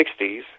1960s